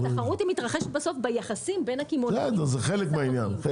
התחרות מתרחשת בסוף ביחסים בין הקמעונאים ללקוח.